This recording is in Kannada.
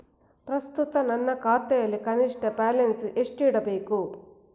ಪ್ರಸ್ತುತ ನನ್ನ ಖಾತೆಯಲ್ಲಿ ಕನಿಷ್ಠ ಬ್ಯಾಲೆನ್ಸ್ ಎಷ್ಟು ಇಡಬೇಕು?